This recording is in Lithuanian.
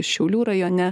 šiaulių rajone